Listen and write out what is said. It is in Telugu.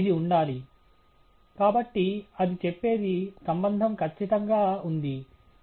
ఇది ఉండాలి కాబట్టి అది చెప్పేది సంబంధం ఖచ్చితంగా ఉంది